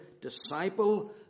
disciple